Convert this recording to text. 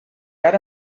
ara